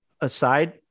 aside